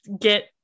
get